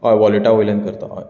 हय वॉलेटा वयल्यान करतां